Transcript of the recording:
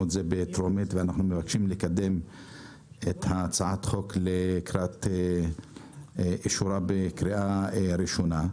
בטרומית ואנחנו מבקשים לקדם את הצעת החוק לקראת אישורה בקריאה ראשונה.